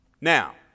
Now